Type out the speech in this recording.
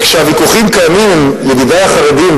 וכשהוויכוחים קיימים עם ידידי החרדים,